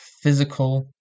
physical